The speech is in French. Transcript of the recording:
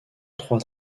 trois